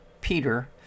Peter